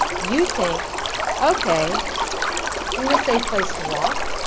you think ok we need a safe place to walk,